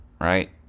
right